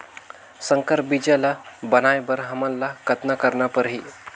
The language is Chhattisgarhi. संकर बीजा ल बनाय बर हमन ल कतना करना परही?